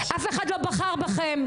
אף אחד לא בחר בכם.